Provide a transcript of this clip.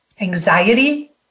anxiety